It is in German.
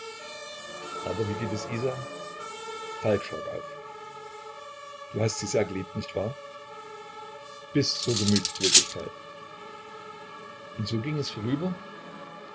aber wie geht es isa falk schrak auf du hast sie sehr geliebt nicht wahr bis zur gemütsblödigkeit und so ging es vorüber